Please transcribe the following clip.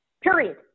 Period